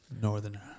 Northern